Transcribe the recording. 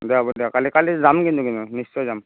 দিয়া হ'ব দিয়া কালি কালি যাম কিন্তু মই নিশ্চয় যাম